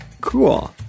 cool